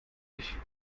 ich